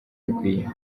bikwiye